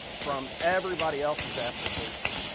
from everybody else's application.